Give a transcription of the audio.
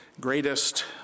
greatest